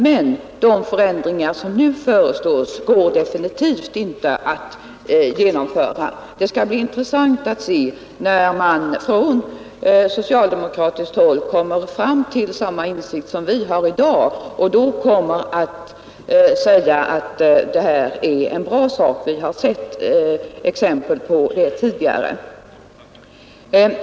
Men de förändringar som nu föreslås går enligt hans mening definitivt inte att genomföra. Det skall bli intressant att se när man från socialdemokratiskt håll kommer fram till samma insikt som vi reservanter har i dag och då kommer att medge att detta är en bra sak. Vi har sett exempel på en sådan utveckling tidigare.